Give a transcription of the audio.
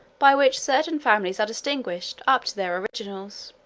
by which certain families are distinguished, up to their originals.